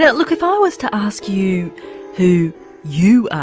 but look, if i was to ask you who you are,